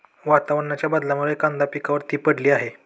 वातावरणाच्या बदलामुळे कांदा पिकावर ती पडली आहे